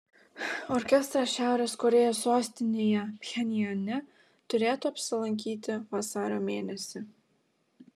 orkestras šiaurės korėjos sostinėje pchenjane turėtų apsilankyti vasario mėnesį